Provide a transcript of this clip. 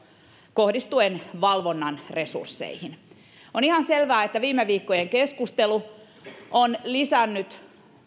kohdistuen valvonnan resursseihin on ihan selvää että viime viikkojen keskustelu on lisännyt